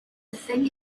thing